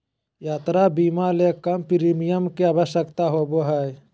यात्रा बीमा ले कम प्रीमियम के आवश्यकता होबो हइ